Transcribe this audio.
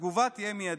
התגובה תהיה מיידית.